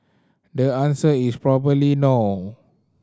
the answer is probably no